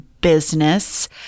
business